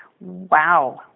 wow